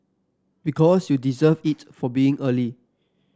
because you deserve it for being early